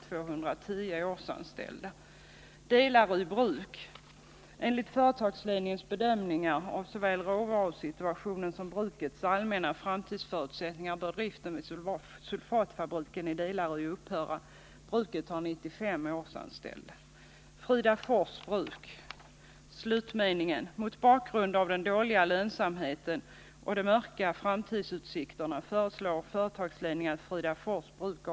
Sedan sägs det när det gäller Delary bruk: I stycket om Fridafors bruk sägs det i slutmeningen: Den sista siffran är inte riktig.